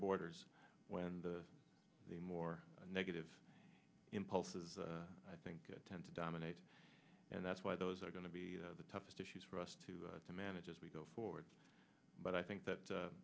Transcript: borders when the the more negative impulses i think tend to dominate and that's why those are going to be the toughest issues for us to manage as we go forward but i think that